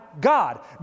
God